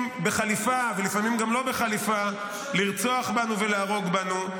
בחליפה ולפעמים גם לא בחליפה לרצוח בנו ולהרוג בנו.